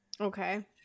Okay